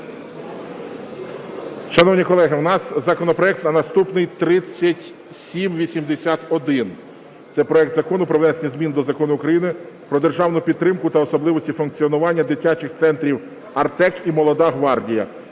Шановні колеги, у нас законопроект наступний 3781. Це проект Закону про внесення змін до Закону України "Про державну підтримку та особливості функціонування дитячих центрів "Артек" і "Молода гвардія"